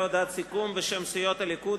הצעה להודעת סיכום בשם סיעות הליכוד,